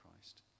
Christ